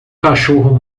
cachorro